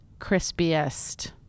crispiest